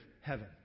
heaven